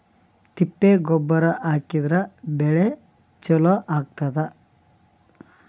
ತಿಪ್ಪಿ ಗೊಬ್ಬರ ಹಾಕಿದ್ರ ಬೆಳಿ ಚಲೋ ಆಗತದ?